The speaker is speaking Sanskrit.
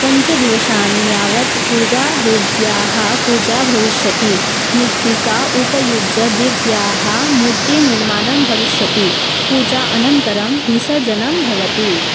पञ्चदिवसानि यावत् दुर्गादेव्याः पूजा भविष्यति मृत्तिकाम् उपयुज्य देव्याः मूर्तिनिर्माणं भविष्यति पूजा अनन्तरं विसर्जनं भवति